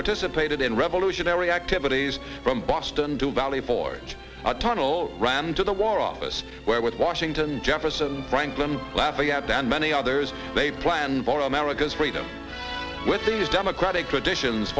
participated in revolutionary activities from boston to valley forge a tunnel ran to the war office where with washington jefferson franklin laughing at and many others they planned for america's freedom with these democratic traditions